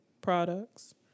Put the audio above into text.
products